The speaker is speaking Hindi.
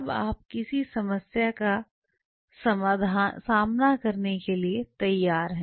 अब आप किसी समस्या का सामना करने के लिए तैयार हैं